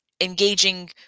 engaging